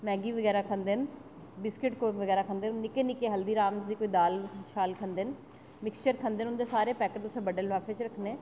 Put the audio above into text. Maggi बगैरा खंदे न बिस्किट बगैरा खंदे न निक्के निक्के हल्दीराम दी कोई दाल शाल खंदे न मिक्सचर खंदे न उं'दे सारे पैकेट तुसें बड्डे लफाफे च रक्खने